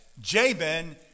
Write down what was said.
Jabin